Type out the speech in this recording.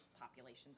populations